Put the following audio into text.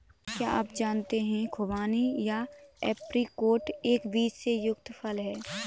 क्या आप जानते है खुबानी या ऐप्रिकॉट एक बीज से युक्त फल है?